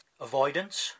Avoidance